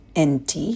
NT